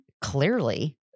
Clearly